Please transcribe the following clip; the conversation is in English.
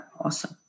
awesome